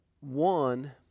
One